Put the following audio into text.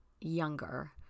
younger